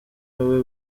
wowe